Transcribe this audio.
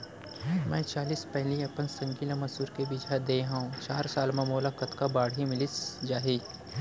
मैं चालीस पैली अपन संगी ल मसूर के बीजहा दे हव चार साल म मोला कतका बाड़ही मिलिस जाही?